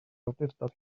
awdurdod